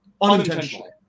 Unintentionally